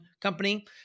company